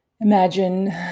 Imagine